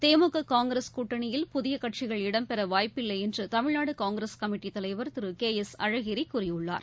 திமுக காங்கிரஸ் கூட்டணியில் புதிய கட்சிகள் இடம்பெற வாய்ப்பில்லை என்று தமிழ்நாடு காங்கிரஸ் கமிட்டித்தலைவர் திரு கே எஸ் அழகிரி கூறியுள்ளார்